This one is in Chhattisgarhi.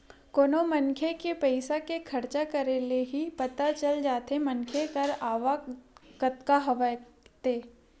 कोनो मनखे के पइसा के खरचा करे ले ही पता चल जाथे मनखे कर आवक कतका हवय ते